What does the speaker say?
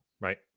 right